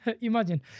Imagine